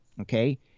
Okay